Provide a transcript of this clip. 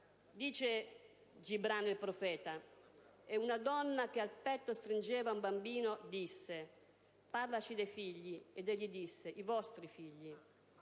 Dice Gibran: «E una donna che al petto stringeva un bambino disse: Parlaci dei figli, ed egli disse: I vostri figli